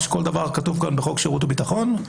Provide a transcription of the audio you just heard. כל דבר כתוב בחוק שירות ביטחון,